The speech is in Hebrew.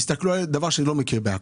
שזה דבר שאני לא מכיר בעכו.